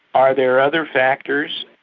are there other factors?